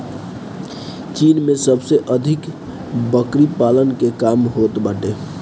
चीन में सबसे अधिक बकरी पालन के काम होत बाटे